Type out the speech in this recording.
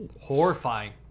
horrifying